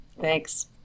Thanks